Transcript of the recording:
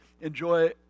enjoy